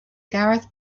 gareth